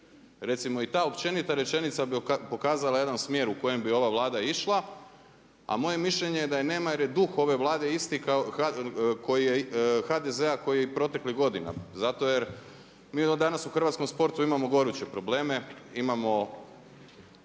Recimo i ta općenita rečenica bi pokazala jedan smjer u kojem bi ova Vlada išla a moje je mišljenje da je nema jer je duh ove Vlade isti koji je, HDZ-a kao i proteklih godina. Zato jer mi danas u hrvatskom sportu imamo goruće probleme, imamo